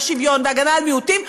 "שוויון" ו"הגנה על מיעוטים",